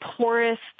poorest